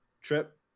trip